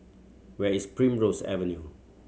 where is Primrose Avenue